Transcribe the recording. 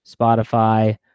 Spotify